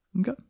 okay